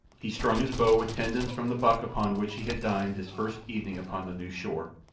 he strung his bow with tendons from the buck upon which he had dined his first evening upon the new shore,